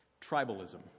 tribalism